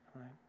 right